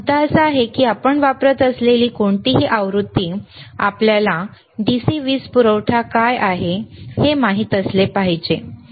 मुद्दा असा आहे की आपण वापरत असलेली कोणतीही आवृत्ती आपल्याला DC वीज पुरवठा काय आहे हे माहित असले पाहिजे